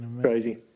crazy